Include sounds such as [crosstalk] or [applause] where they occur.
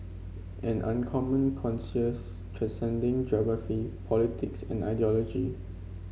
an uncommon [unintelligible] transcending geography politics and ideology